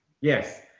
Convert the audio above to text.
Yes